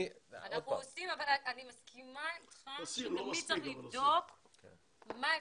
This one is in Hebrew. אנחנו נאפשר ליושב-ראש הסוכנות לומר מספר דברים יחד עם השרה.